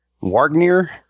Wagner